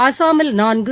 அஸ்ஸாமில் நான்கு